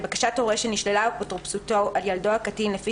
לבקשת הורה שנשללה אפוטרופסותו על ילדו הקטין לפי